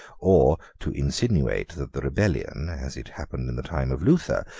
or to insinuate, that the rebellion, as it happened in the time of luther,